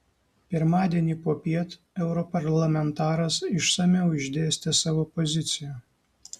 pirmadienį popiet europarlamentaras išsamiau išdėstė savo poziciją